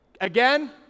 Again